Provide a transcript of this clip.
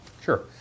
Sure